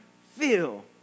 feel